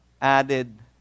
added